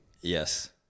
Yes